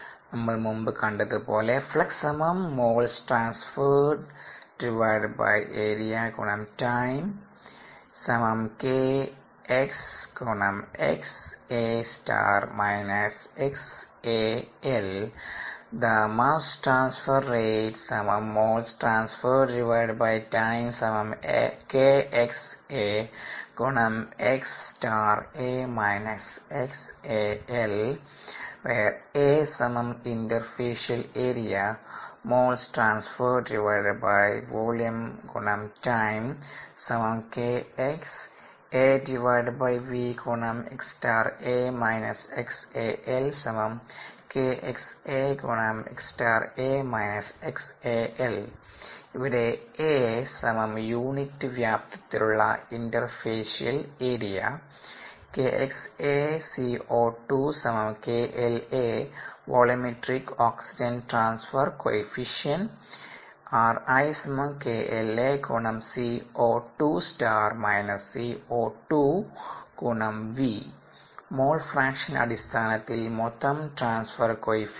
നമ്മൾ മുന്പു കണ്ടത് പോലെ ഇവിടെ a യൂണിറ്റ് വ്യാപ്തത്തിലുള്ള ഇൻറെര്ഫെസിയൽ ഏരിയ മൊൾ ഫ്രാക്ഷൻ അടിസ്ഥാനത്തിൽ മൊത്തം മാസ് ട്രാൻസ്ഫർ കോയെഫിഷ്യന്റ്